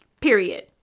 period